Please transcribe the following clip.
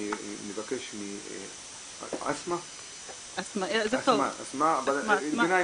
אני אבקש מאסמאא גנאים, בבקשה.